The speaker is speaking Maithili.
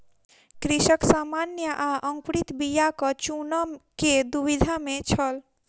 कृषक सामान्य आ अंकुरित बीयाक चूनअ के दुविधा में छल